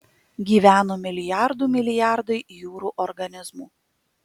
gyveno milijardų milijardai jūrų organizmų